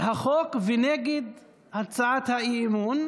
החוק ונגד הצעת האי-אמון.